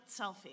Selfie